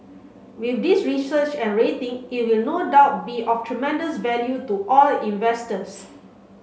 with this research and rating it will no doubt be of tremendous value to all investors